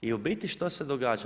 I u biti što se događa?